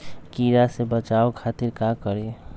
कीरा से बचाओ खातिर का करी?